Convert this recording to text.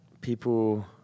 people